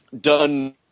done